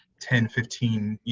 ten, fifteen, yeah